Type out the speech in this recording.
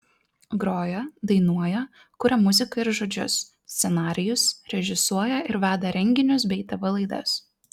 groja dainuoja kuria muziką ir žodžius scenarijus režisuoja ir veda renginius bei tv laidas